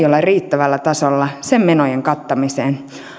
ole riittävällä tasolla sen menojen kattamiseen